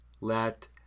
let